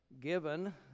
given